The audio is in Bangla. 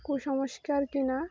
কু সংস্কার কি না